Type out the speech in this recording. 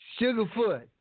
Sugarfoot